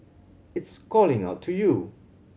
it's calling out to you